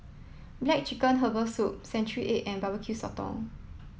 Black Chicken Herbal Soup Century Egg and Barbecue Sotong